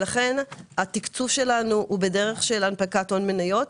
לכן התקצוב שלנו הוא בדרך של הנפקת הון מניות.